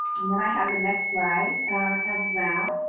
and then i have the next slide as well.